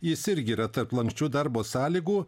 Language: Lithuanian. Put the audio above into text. jis irgi yra tarp lanksčių darbo sąlygų